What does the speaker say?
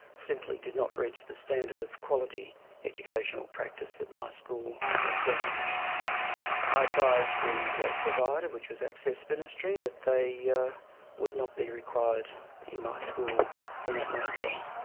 simply did not reach the standard of quality educational practice that my school requires. i ah advised the provider, which was access ministry, that they yeah would not be required in my school from that moment on.